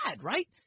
right